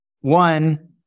one